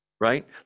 Right